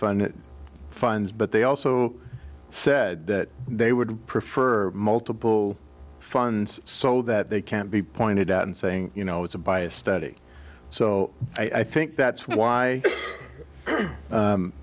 fund funds but they also said that they would prefer multiple funds so that they can't be pointed out and saying you know it's a biased study so i think that's why